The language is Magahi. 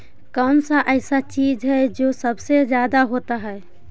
कौन सा ऐसा चीज है जो सबसे ज्यादा होता है?